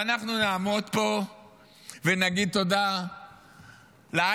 ואנחנו נעמוד פה ונגיד תודה לאייכלרים,